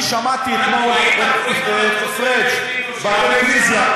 אני שמעתי אתמול את פריג' בטלוויזיה.